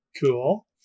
Cool